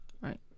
Right